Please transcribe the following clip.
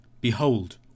Behold